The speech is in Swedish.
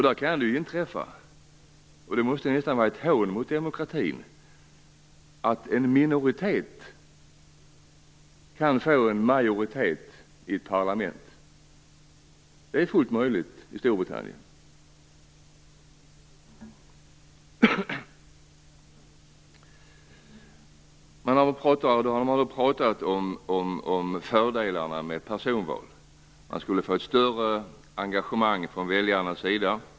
Där kan det inträffa, vilket nästan måste vara ett hån mot demokratin, att en minoritet kan få majoritet i ett parlament. Det är fullt möjligt i Storbritannien. Man har pratat om fördelarna med personval. Man skulle få ett större engagemang från väljarnas sida.